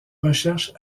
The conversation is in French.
recherche